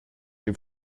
dem